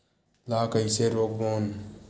ला कइसे रोक बोन?